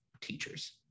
teachers